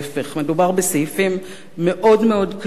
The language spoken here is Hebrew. מדובר בסעיפים מאוד מאוד קשים,